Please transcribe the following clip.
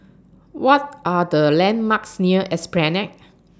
What Are The landmarks near Esplanade